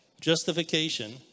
justification